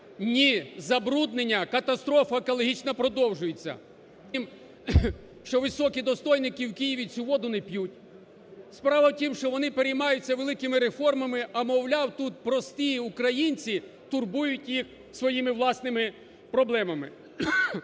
Ні, забруднення, катастрофа екологічна продовжується. Справа в тім, що високі достойники в Києві цю воду не п'ють. Справа в тім, що вони переймаються великими реформами, а, мовляв, тут прості українці турбують їх своїми власними проблемами.